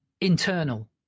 internal